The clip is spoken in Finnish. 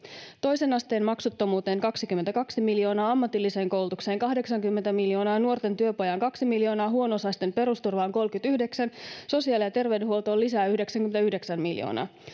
toisen asteen maksuttomuuteen kaksikymmentäkaksi miljoonaa ammatilliseen koulutukseen kahdeksankymmentä miljoonaa nuorten työpajatoimintaan kaksi miljoonaa huono osaisten perusturvaan kolmekymmentäyhdeksän miljoonaa sosiaali ja terveydenhuoltoon yhdeksänkymmentäyhdeksän